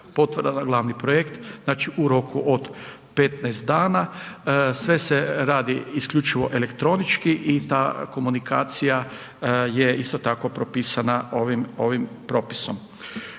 potvrda na glavni projekt, znači u roku od 15 dana, sve se radi isključivo elektronički i ta komunikacija je isto tako propisana ovim propisom.